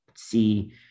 see